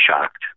shocked